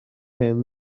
hen